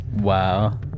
Wow